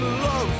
love